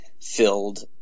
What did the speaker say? filled